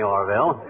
Orville